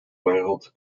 wereld